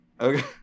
Okay